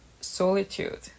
solitude